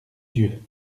dieu